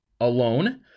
Alone